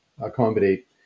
accommodate